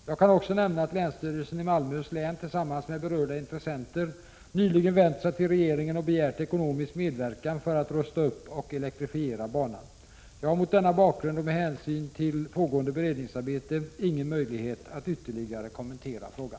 Jag kan också nämna att länsstyrelsen i Malmöhus län tillsammans med berörda intressenter nyligen vänt sig till regeringen och begärt ekonomisk medverkan för att rusta upp och elektrifiera banan. Jag har mot denna bakgrund och med hänsyn till pågående beredningsarbete ingen möjlighet att ytterligare kommentera frågan.